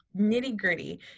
nitty-gritty